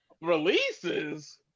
releases